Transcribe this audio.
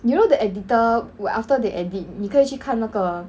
you know the editor who after they edit 你可以去看那个